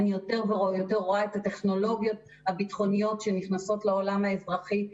אני יותר רואה את הטכנולוגיות הביטחוניות שנכנסות לעולם האזרחי.